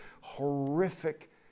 horrific